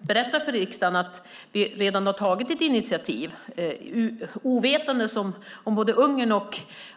berätta för riksdagen att vi redan hade tagit ett initiativ, ovetandes om både Ungern